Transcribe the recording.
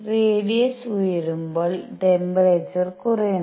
radius ഉയരുമ്പോൾ temperature കുറയുന്നു